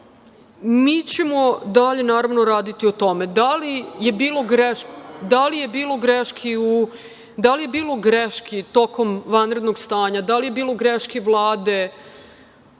Mi ćemo dalje raditi na tome. Da li je bilo greški tokom vanrednog stanja, da li je bilo greški Vlade